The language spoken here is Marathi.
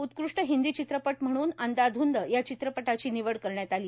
उत्कृष्ट हिंदी चित्रपट म्हणून अंधाधूंद या चित्रपटाची निवड करण्यात आली